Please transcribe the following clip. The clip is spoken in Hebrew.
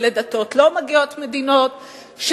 ולדתות לא מגיעות מדינות,